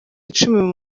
icumi